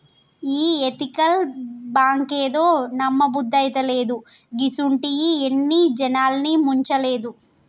ఈ ఎతికల్ బాంకేందో, నమ్మబుద్దైతలేదు, గిసుంటియి ఎన్ని జనాల్ని ముంచలేదు